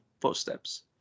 footsteps